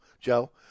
Joe